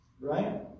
Right